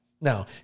now